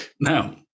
Now